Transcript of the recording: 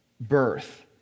birth